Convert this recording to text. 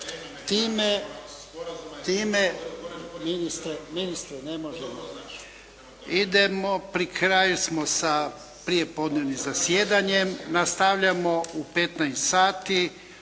ne razumije se./… Ministre ne možete. Idemo, pri kraju smo sa prijepodnevnim zasjedanjem. Nastavljamo u 15,00 sati.